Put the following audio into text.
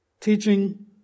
teaching